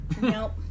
Nope